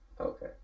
okay